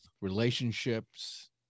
relationships